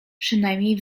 przynajmniej